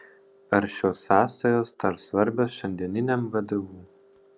ar šios sąsajos dar svarbios šiandieniniam vdu